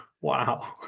Wow